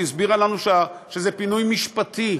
היא הסבירה לנו שזה פינוי משפטי,